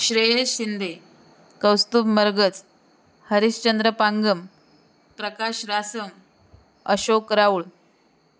Shreyas Shinde Kaustubh Margaj Harishchandra Pangam Prakash Rasam Ashok Raul